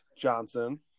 Johnson